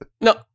No